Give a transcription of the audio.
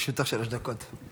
שלוש דקות לרשותך.